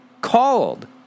called